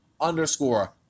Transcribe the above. underscore